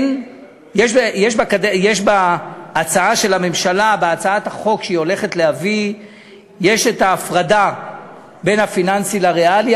שיש בהצעת החוק שהממשלה הולכת להביא הפרדה בין הפיננסי לריאלי,